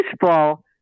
baseball